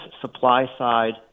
supply-side